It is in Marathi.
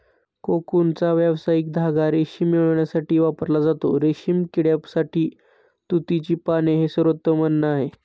कोकूनचा व्यावसायिक धागा रेशीम मिळविण्यासाठी वापरला जातो, रेशीम किड्यासाठी तुतीची पाने हे सर्वोत्तम अन्न आहे